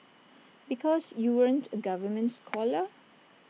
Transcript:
because you weren't A government scholar